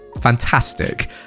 Fantastic